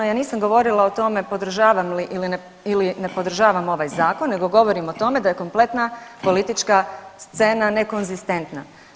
Ja nisam govorila o tome podržavam li ili ne podržavam ovaj zakon nego govorim o tome da je kompletna politička scena nekonzistentna.